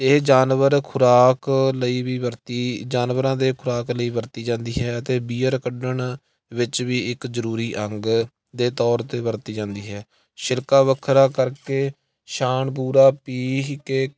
ਇਹ ਜਾਨਵਰ ਖੁਰਾਕ ਲਈ ਵੀ ਵਰਤੀ ਜਾਨਵਰਾਂ ਦੇ ਖੁਰਾਕ ਲਈ ਵਰਤੀ ਜਾਂਦੀ ਹੈ ਅਤੇ ਬੀਅਰ ਕੱਢਣ ਵਿੱਚ ਵੀ ਇੱਕ ਜ਼ਰੂਰੀ ਅੰਗ ਦੇ ਤੌਰ 'ਤੇ ਵਰਤੀ ਜਾਂਦੀ ਹੈ ਸ਼ਿਰਕਾ ਵੱਖਰਾ ਕਰਕੇ ਸ਼ਾਨ ਪੂਰਾ ਪੀਹ ਕੇ